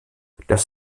dass